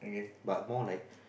but more like